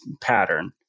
pattern